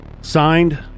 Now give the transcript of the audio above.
Signed